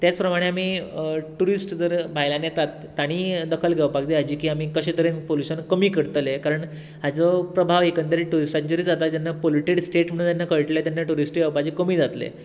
तेच प्रमाणे आमी टुरिस्ट जर भायल्यान येतात तांणी दखल घेवपाक जाय हाची की आमी कशें तरेन आमी पोल्यूशन कमी करतले कारण हाचो प्रभाव एकंदरीत टुरीस्टांचेर जाता जेन्नां पोल्यूटेड स्टेट म्हणून जेन्नां कळटलें तेन्नां टुरीस्टूय येवपाचे कमी जातले